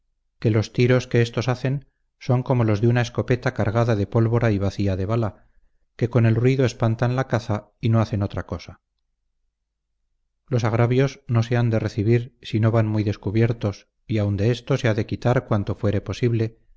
que los tiros que estos hacen son como los de una escopeta cargada de pólvora y vacía de bala que con el ruido espantan la caza y no hacen otra cosa los agravios no se han de recibir si no van muy descubiertos y aun de esto se ha de quitar cuanto fuere posible